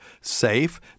safe